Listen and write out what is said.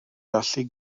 gallu